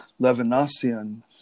Levinasian